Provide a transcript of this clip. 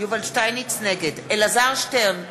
אלעזר שטרן,